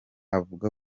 avuga